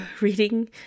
Reading